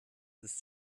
ist